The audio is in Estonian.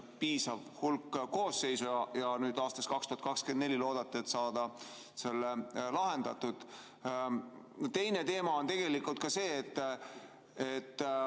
piisav hulk koosseise. Aastaks 2024 loodate saada selle lahendatud. Teine teema on tegelikult see, et